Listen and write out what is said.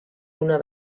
una